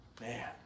Man